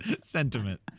sentiment